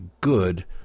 good